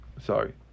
sorry